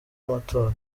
amatora